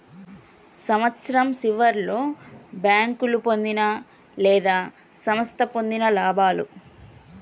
సంవత్సరం సివర్లో బేంకోలు పొందిన లేదా సంస్థ పొందిన లాభాలు